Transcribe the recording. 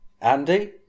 Andy